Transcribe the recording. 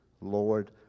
Lord